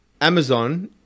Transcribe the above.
Amazon